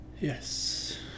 Yes